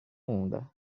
onda